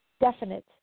definite